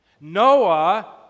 Noah